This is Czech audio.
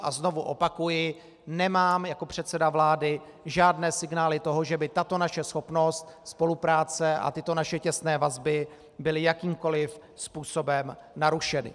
A znovu opakuji, nemám jako předseda vlády žádné signály toho, že by tato naše schopnost spolupráce a tyto naše těsné vazby byly jakýmkoli způsobem narušeny.